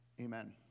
amen